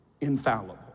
infallible